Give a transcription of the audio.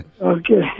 Okay